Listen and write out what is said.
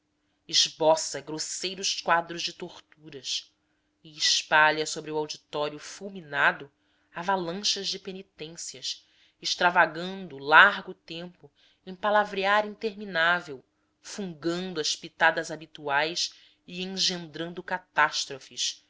esboça grosseiros quadros de torturas e espalha sobre o auditório fulminado avalanches de penitências extravagando largo tempo em palavrear interminável fungando as pitadas habituais e engendrando catástrofes